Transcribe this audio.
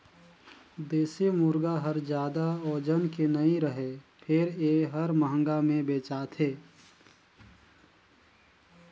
देसी मुरगा हर जादा ओजन के नइ रहें फेर ए हर महंगा में बेचाथे